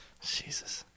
Jesus